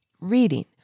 Reading